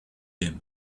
aime